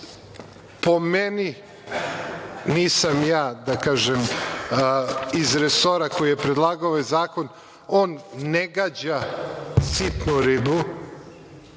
Po meni, nisam ja iz resora koji je predlagao ovaj zakon, on ne gađa sitnu ribu,